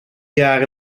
jaar